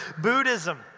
Buddhism